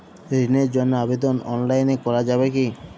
ঋণের জন্য আবেদন অনলাইনে করা যাবে কি?